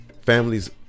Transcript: families